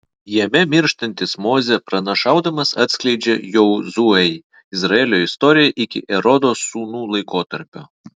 jame mirštantis mozė pranašaudamas atskleidžia jozuei izraelio istoriją iki erodo sūnų laikotarpio